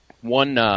One